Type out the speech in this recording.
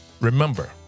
remember